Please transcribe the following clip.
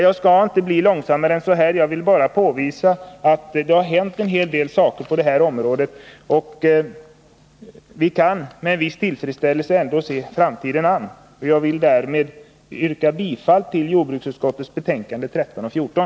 Jag skall inte hålla på längre än så här. Men jag har velat påvisa att det har hänt en hel del saker på dessa områden. Vi kan alltså se framtiden an med en viss tillförsikt. Herr talman! Jag yrkar bifall till hemställan i jordbruksutskottets betänkanden nr 13 och 14.